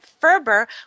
Ferber